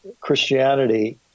Christianity